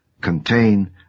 contain